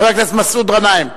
חבר הכנסת מסעוד גנאים.